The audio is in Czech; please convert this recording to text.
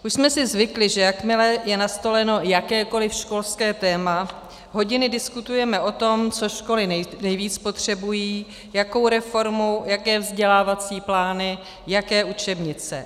Už jsme si zvykli, že jakmile je na stole jakékoli školské téma, hodiny diskutujeme o tom, co školy nejvíc potřebují, jakou reformu, jaké vzdělávací plány, jaké učebnice.